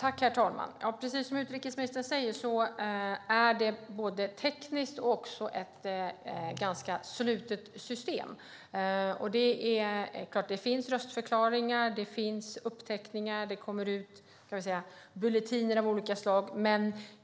Herr talman! Precis som utrikesministern sa är det tekniskt ett ganska slutet system. Det finns röstförklaringar och uppteckningar, och det kommer ut bulletiner av olika slag.